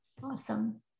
Awesome